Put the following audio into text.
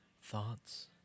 thoughts